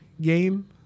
game